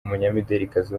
umunyamidelikazi